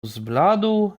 zbladł